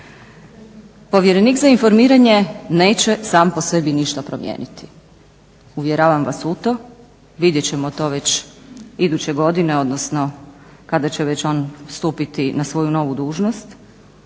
Povjerenik za informiranje neće sam po sebi ništa promijeniti, uvjeravam vas u to. Vidjet ćemo to već iduće godine, odnosno kada će već on stupiti na svoju novu dužnost.